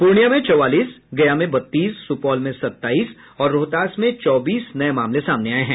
पूर्णिया में चौवालीस गया में बत्तीस सुपौल में सत्ताईस और रोहतास में चौबीस नये मामले सामने आये हैं